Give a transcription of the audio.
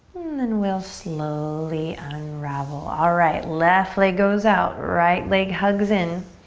then we'll slowly unravel. alright, left leg goes out, right leg hugs in.